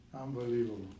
Unbelievable